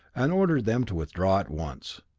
and ordered them to withdraw at once.